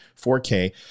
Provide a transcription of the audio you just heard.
4k